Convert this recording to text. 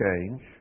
change